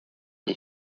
est